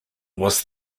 was